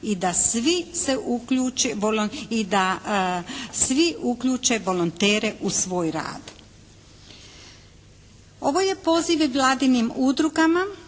i da svi uključe volontere u svoj rad. Ovo je poziv i vladinim udrugama